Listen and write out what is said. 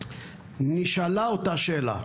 נשאלה אותה שאלה,